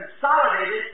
consolidated